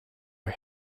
are